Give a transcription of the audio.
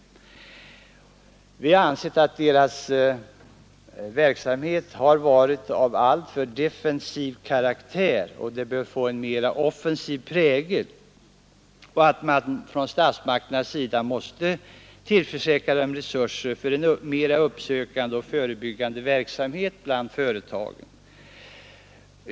Man har ansett att deras verksamhet har varit av alltför defensiv karaktär, att de bör få en mera offensiv prägel och att man från statsmakternas sida måste tillförsäkra dem resurser för mera uppsökande och förebyggande verksamhet bland företagen.